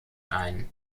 ein